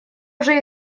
уже